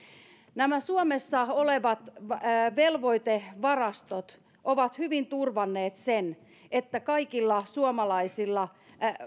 nämä suomessa olevat velvoitevarastot ovat hyvin turvanneet sen että kaikilla suomalaisilla